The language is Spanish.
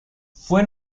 fue